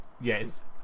Yes